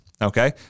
Okay